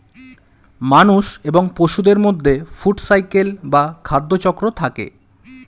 মানুষ এবং পশুদের মধ্যে ফুড সাইকেল বা খাদ্য চক্র থাকে